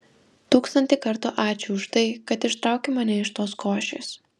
tūkstantį kartų ačiū už tai kad ištraukei mane iš tos košės